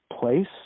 place